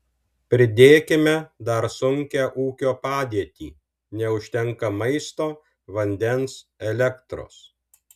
pridėkime dar sunkią ūkio padėtį neužtenka maisto vandens elektros